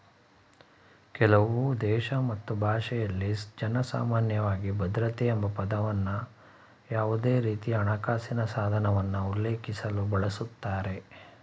ಕೆಲವುದೇಶ ಮತ್ತು ಭಾಷೆಯಲ್ಲಿ ಜನ್ರುಸಾಮಾನ್ಯವಾಗಿ ಭದ್ರತೆ ಎಂಬಪದವನ್ನ ಯಾವುದೇರೀತಿಯಹಣಕಾಸಿನ ಸಾಧನವನ್ನ ಉಲ್ಲೇಖಿಸಲು ಬಳಸುತ್ತಾರೆ